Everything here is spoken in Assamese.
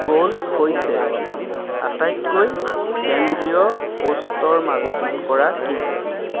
গ'ল হৈছে আটাইতকৈ কেন্দ্ৰীয় পোষ্টৰ মাজত কৰা কিক